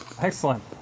Excellent